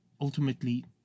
ultimately